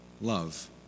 love